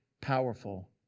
powerful